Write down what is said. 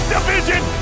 Division